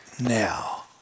now